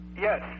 Yes